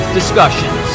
discussions